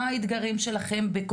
מה האתגרים שלכם?